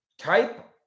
type